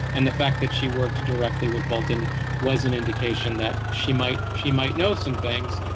and the fact that she worked directly with bolton was an indication that she might she might know some things.